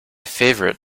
favorite